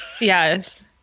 Yes